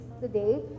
today